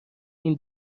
این